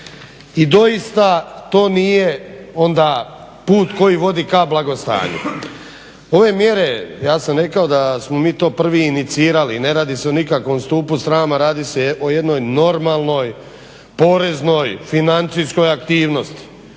I doista to nije onda put koji vodi ka blagostanju. Ove mjere ja sam rekao da smo mi to prvi inicirali. Ne radi se o nikakvom stupu srama. Radi se o jednoj normalnoj, poreznoj financijskoj aktivnosti.